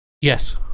Yes